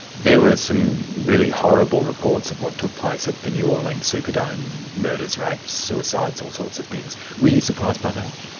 there were some really horrible reports of what took place at the new orleans superdome murders, rapes, suicides, all sorts of things. were you surprised by that?